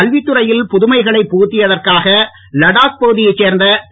கல்வித்துறையில் புதுமைகளை புகுத்தியதற்காக லடாக் பகுதியைச் சேர்ந்த இரு